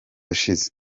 ashize